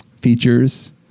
features